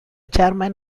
chairman